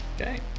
okay